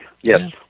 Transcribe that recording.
Yes